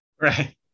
right